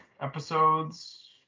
episodes